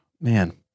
man